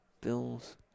Bills